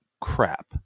crap